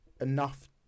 enough